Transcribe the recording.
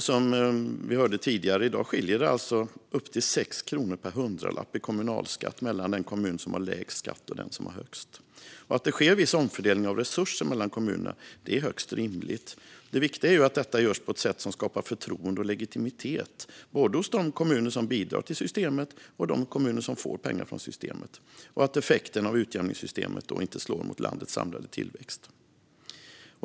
Som vi hörde tidigare i dag skiljer det upp till 6 kronor per hundralapp i kommunalskatt mellan den kommun som har lägst skatt och den som har högst. Att det sker viss omfördelning av resurser mellan kommunerna är högst rimligt. Det viktiga är att detta görs på ett sätt som skapar förtroende och legitimitet både hos de kommuner som bidrar till systemet och de kommuner som får pengar från systemet och att effekterna av utjämningssystemet inte slår mot landets samlade tillväxt.